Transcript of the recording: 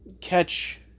catch